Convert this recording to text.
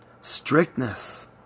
strictness